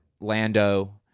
Lando